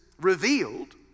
revealed